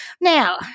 Now